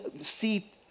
see